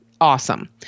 awesome